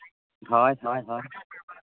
ᱦᱳᱭ ᱦᱳᱭ ᱦᱳᱭ